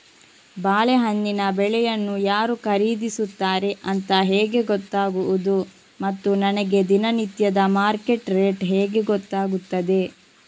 ಬಾಳೆಹಣ್ಣಿನ ಬೆಳೆಯನ್ನು ಯಾರು ಖರೀದಿಸುತ್ತಾರೆ ಅಂತ ಹೇಗೆ ಗೊತ್ತಾಗುವುದು ಮತ್ತು ನನಗೆ ದಿನನಿತ್ಯದ ಮಾರ್ಕೆಟ್ ರೇಟ್ ಹೇಗೆ ಗೊತ್ತಾಗುತ್ತದೆ?